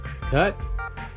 Cut